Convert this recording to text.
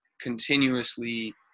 continuously